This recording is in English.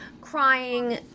crying